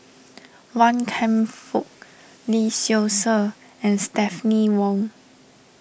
Wan Kam Fook Lee Seow Ser and Stephanie Wong